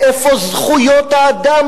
איפה זכויות האדם?